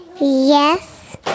Yes